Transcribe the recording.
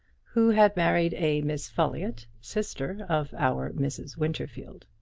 who had married a miss folliott, sister of our mrs. winterfield.